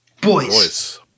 Boys